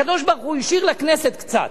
הקדוש-ברוך-הוא השאיר לכנסת קצת.